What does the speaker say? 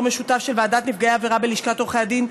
יו"ר משותף של ועדת נפגעי עבירה בלשכת עורכי הדין,